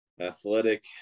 Athletic